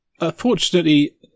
Unfortunately